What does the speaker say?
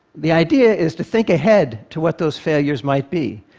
the idea is to think ahead to what those failures might be,